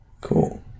Cool